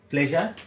Pleasure